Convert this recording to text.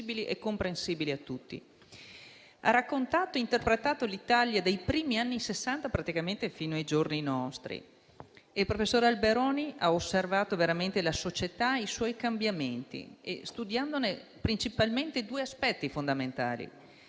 Ha raccontato e interpretato l'Italia dei primi anni Sessanta praticamente fino ai giorni nostri. Il professor Alberoni ha osservato la società e i suoi cambiamenti, studiandone principalmente due aspetti fondamentali: